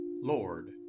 Lord